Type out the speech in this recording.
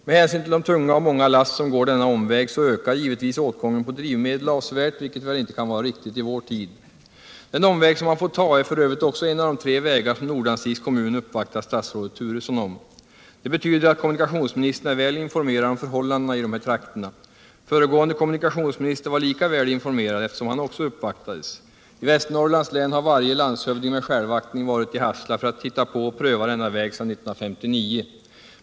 Genom de tunga och många transporter som går denna omväg ökar givetvis åtgången av drivmedel avsevirt, vilket väl inte kan vara riktigt i vår tid. Den omväg som man får ta är f. ö. också en av de tre vägar som Nordanstigs kommun uppvaktat statsrådet Turesson om. Det betyder att kommunikationsministern är väl informerad om förhållandena i dessa trakter. Föregående kommunikationsminister var lika väl informerad, eftersom också han uppvaktades. I Västernorrlands län har sedan 1959 varje landshövding med självaktning varit i Hassela för att titta på och pröva denna väg.